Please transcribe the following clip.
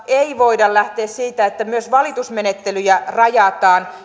ei voida lähteä siitä että myös valitusmenettelyjä rajataan